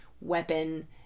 weapon